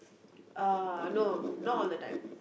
uh no not all the time